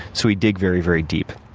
so we dig very, very deep.